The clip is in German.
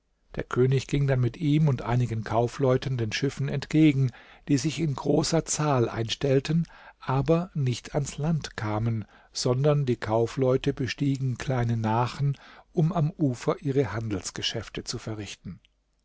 der könig ging dann mit ihm und einigen kaufleuten den schiffen entgegen die sich in großer zahl einstellten aber nicht ans land kamen sondern die kaufleute bestiegen kleine nachen um am ufer ihre handelsgeschäfte zu verrichten